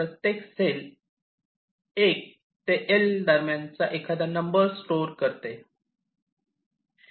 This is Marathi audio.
प्रत्येक सेल 1 ते L दरम्यान चा एखादा नंबर स्टोअर करत असतो